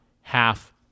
half